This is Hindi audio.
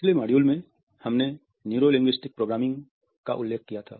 पिछले मॉड्यूल में हमने न्यूरो लिंग्विस्टिक प्रोग्रामिंग का उल्लेख किया था